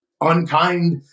unkind